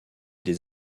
des